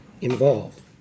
involved